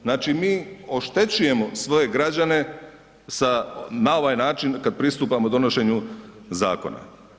Znači mi oštećujemo svoje građane sa, na ovaj način kad pristupamo donošenju zakona.